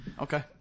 Okay